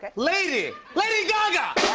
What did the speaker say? lady lady gaga!